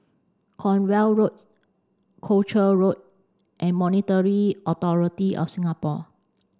Cornwall Road Croucher Road and Monetary Authority of Singapore